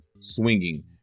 swinging